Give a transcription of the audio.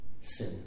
sin